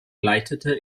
leitete